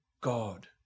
God